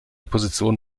position